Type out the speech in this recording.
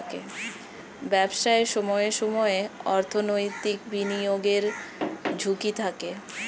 ব্যবসায় সময়ে সময়ে অর্থনৈতিক বিনিয়োগের ঝুঁকি থাকে